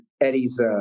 Eddie's